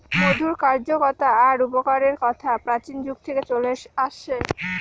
মধুর কার্যকতা আর উপকারের কথা প্রাচীন যুগ থেকে চলে আসছে